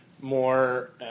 more